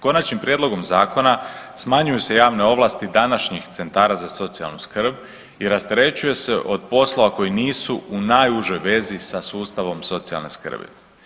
Konačnim prijedlogom zakona smanjuju se javne ovlasti današnjih centara za socijalnu skrb i rasterećuje se od poslova koji nisu u najužoj vezi sa sustavom socijalne skrbi.